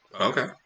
Okay